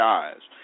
eyes